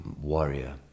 warrior